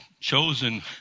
chosen